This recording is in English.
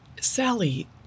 Sally